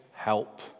help